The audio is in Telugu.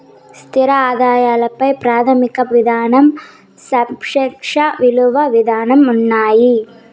స్థిర ఆదాయాల పై ప్రాథమిక విధానం సాపేక్ష ఇలువ విధానం ఉన్నాయి